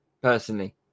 personally